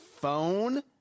phone